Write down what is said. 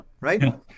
right